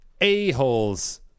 A-holes